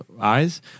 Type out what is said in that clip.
eyes